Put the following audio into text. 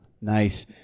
Nice